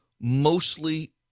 Mostly